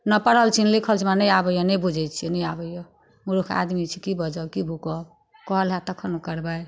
नहि पढ़ल छी नहि लिखल छी हमरा नहि आबैए नहि बुझै छिए नहि आबैए मूर्ख आदमी छी कि बाजब कि भुकब कहल हैत तखन ने करबै